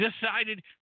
decided